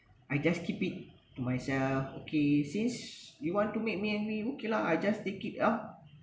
I just keep it to myself okay since you want to make me angry okay lah I just take it ah